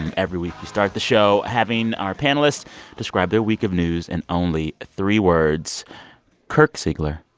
and every week, we start the show having our panelists describe their week of news in only three words kirk siegler,